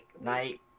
Night